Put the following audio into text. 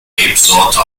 rebsorte